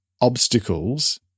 Obstacles